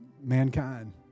mankind